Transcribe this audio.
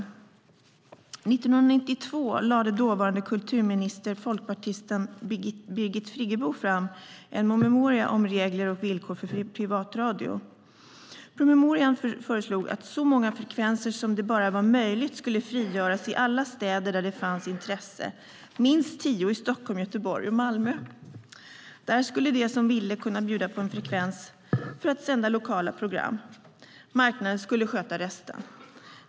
År 1992 lade dåvarande kulturminister, folkpartisten Birgit Friggebo, fram en promemoria om regler och villkor för privatradio. Promemorian föreslog att så många frekvenser som det bara var möjligt skulle frigöras i alla städer där det fanns intresse, minst tio i Stockholm, Göteborg och Malmö. Där skulle de som ville kunna bjuda på en frekvens för att sända lokala program. Marknaden skulle sköta resten.